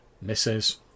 Misses